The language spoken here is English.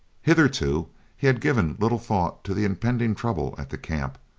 hitherto he had given little thought to the impending trouble at the camp,